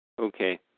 Okay